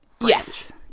Yes